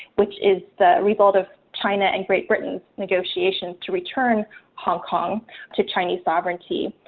which is the result of china and great britain negotiations to return hong kong to chinese sovereignty.